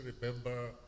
remember